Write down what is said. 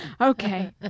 okay